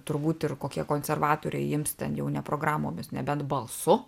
turbūt ir kokie konservatoriai jiems ten jau ne programomis nebent balsu